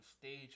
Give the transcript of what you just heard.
stage